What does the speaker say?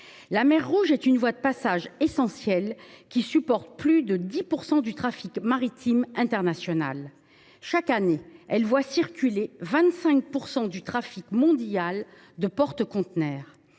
La mer Rouge est une voie de passage essentielle par laquelle transite plus de 10 % du transport maritime international. Chaque année, elle voit circuler 25 % du trafic mondial de porte conteneurs.